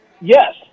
Yes